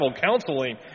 counseling